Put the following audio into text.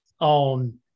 on